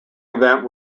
event